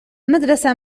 المدرسة